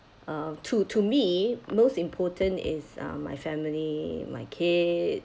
uh to to me most important is um my family my kid